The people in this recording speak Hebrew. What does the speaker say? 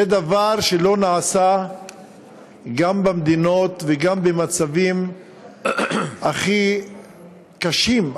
זה דבר שלא נעשה גם במדינות וגם במצבים הכי קשים,